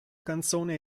canzone